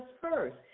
first